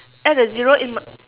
add a zero in m~